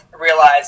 realize